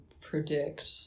predict